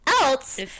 else